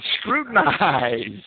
scrutinize